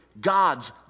God's